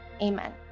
amen